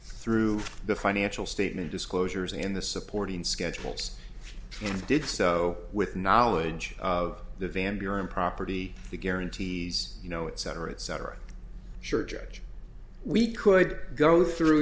through the financial statement disclosures in the supporting schedules and did so with knowledge of the van buren property that guarantees you know it cetera et cetera sure judge we could go through